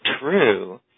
true